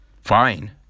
fine